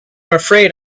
afraid